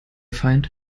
feind